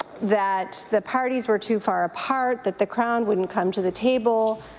that the parties were too far apart, that the crown wouldn't come to the table,